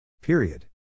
Period